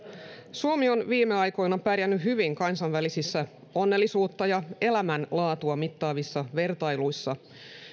suomi on viime aikoina pärjännyt hyvin kansainvälisissä onnellisuutta ja elämänlaatua mittaavissa vertailuissa